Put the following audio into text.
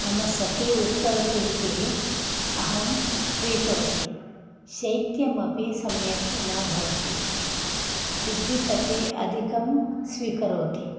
मम सखी उक्तवती इति अहं क्रीतवती शैत्यमपि सम्यक् न भवति विद्युत् अपि अधिकं स्वीकरोति